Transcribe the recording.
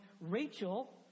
Rachel